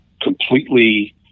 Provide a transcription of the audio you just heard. completely